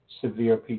severe